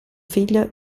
figlio